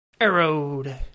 Arrowed